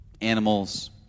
animals